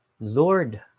Lord